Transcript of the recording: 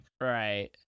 right